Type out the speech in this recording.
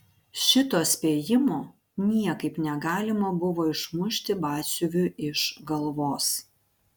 šito spėjimo niekaip negalima buvo išmušti batsiuviui iš galvos